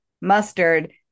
Mustard